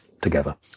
together